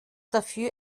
dafür